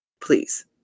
please